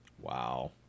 Wow